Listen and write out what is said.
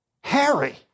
Harry